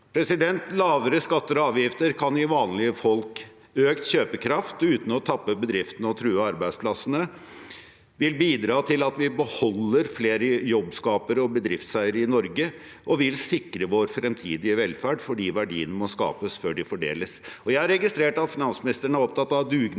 bedrifter. Lavere skatter og avgifter kan gi vanlige folk økt kjøpekraft uten å tappe bedriftene og true arbeidsplassene, bidra til at vi beholder flere jobbskapere og bedriftseiere i Norge, og sikre vår fremtidige velferd fordi verdiene må skapes før de fordeles. Jeg har registrert at finansministeren er opptatt av dugnad,